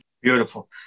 beautiful